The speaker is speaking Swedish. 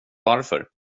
varför